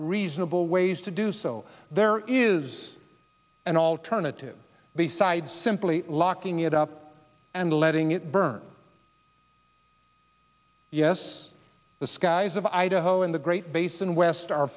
reasonable ways to do so there is an alternative besides simply locking it up and letting it burn yes the skies of idaho in the great basin west are